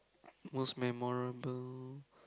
most memorable